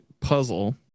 puzzle